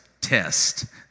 test